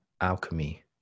alchemy